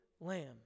Lamb